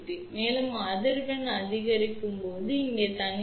மேலும் அதிர்வெண் அதிகரிக்கும் போது இங்கே தனிமை 10 டி